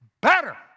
better